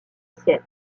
ciel